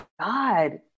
God